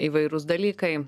įvairūs dalykai